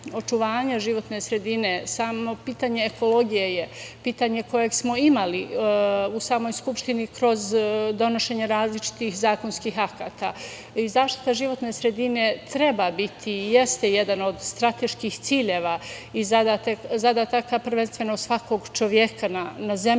očuvanja životne sredine, samo pitanje ekologije je pitanje koje smo imali u samoj Skupštini kroz donošenje različitih zakonskih akata. Zaštita životne sredine treba biti i jeste jedan od strateških ciljeva i zadataka, prvenstveno svakog čoveka na zemlji